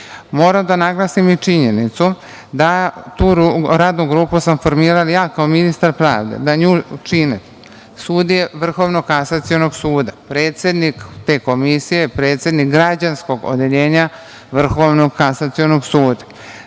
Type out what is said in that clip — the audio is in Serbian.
da naglasim i činjenicu, tu radnu grupu sam formirala ja, kao ministar pravde, da nju čine sudije Vrhovnog kasacionog suda, predsednik te komisije, predsednik građanskog odeljenja Vrhovnog kasacionog suda.